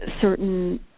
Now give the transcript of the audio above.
certain